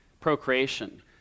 Procreation